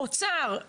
אוצר,